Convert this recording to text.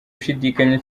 ushidikanya